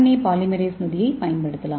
ஏ polymerase நொதியைப் பயன்படுத்தலாம்